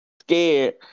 scared